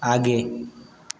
आगे